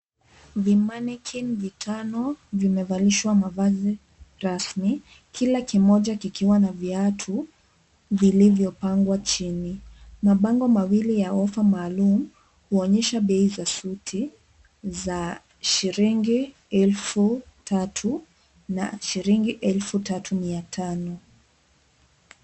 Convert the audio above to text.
Vimanekini vitano vimevalishwa mavazi rasmi, kila kimoja kikiwa na viatu vilivyopangwa chini. Mabango mawili ya ofa maalumu, huonyesha bei za suti, za shilingi elfu tatu na shilingi elfu tatu mia tano.